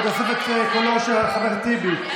ובתוספת קולו של חבר הכנסת טיבי,